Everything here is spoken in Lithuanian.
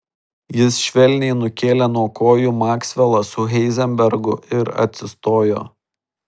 jis švelniai nukėlė nuo kojų maksvelą su heizenbergu ir atsistojo